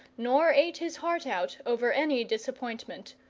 nor ate his heart out over any disappointment.